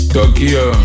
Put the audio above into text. Tokyo